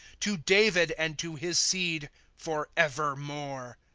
to david, and to his seed, forevermore.